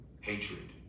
hatred